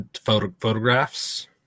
photographs